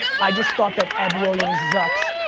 i just thought that ev williams, zucks,